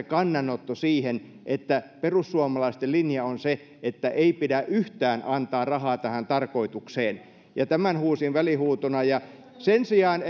kannanotto siihen että perussuomalaisten linja on se että ei pidä yhtään antaa rahaa tähän tarkoitukseen tämän huusin välihuutona sen sijaan